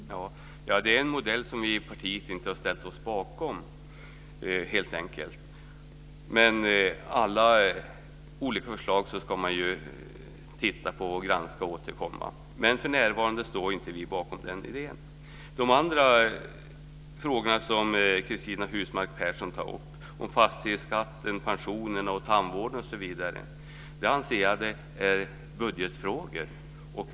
Herr talman! Det är en modell som vi i vårt parti helt enkelt inte har ställt oss bakom. Vi ska granska alla olika förslag och återkomma, men för närvarande står vi inte bakom den idén. De andra frågorna som Cristina Husmark Pehrsson tar upp - fastighetsskatten, pensionerna, tandvården osv. - anser jag är budgetfrågor.